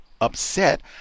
upset